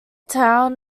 town